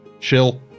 Chill